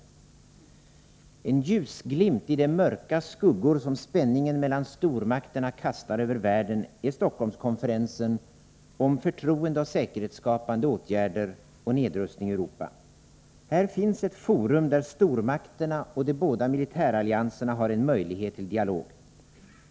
En ljusglimt i de mörka skuggor som spänningen mellan stormakterna kastar över världen är Stockholmskonferensen om förtroendeoch säkerhetsskapande åtgärder och nedrustning i Europa. Här finns ett forum där stormakterna och de båda militärallianserna har en möjlighet till dialog.